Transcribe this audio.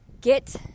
get